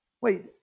Wait